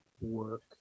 work